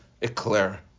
eclair